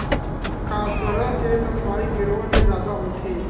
कांसरा के लंबई गेरवा ले जादा होथे